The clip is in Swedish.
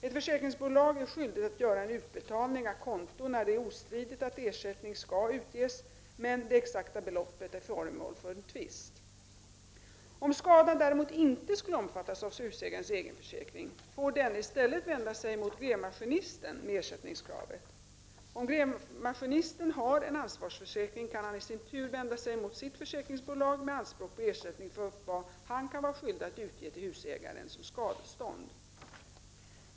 Ett försäkringsbolag är skyldigt att göra en utbetalning a conto när det är ostridigt att ersättning skall utges men det exakta beloppet är föremål för tvist. Om skadan däremot inte skulle omfattas av husägarens egen försäkring, får denne i stället vända sig mot grävmaskinisten med ersättningskravet. Om grävmaskinisten har en ansvarsförsäkring kan han i sin tur vända sig mot sitt försäkringsbolag med anspråk på ersättning för vad han kan vara skyldig att utge till husägaren som skadestånd.